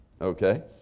Okay